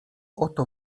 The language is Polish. oto